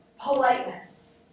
Politeness